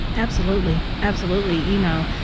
absolutely. absolutely. you know,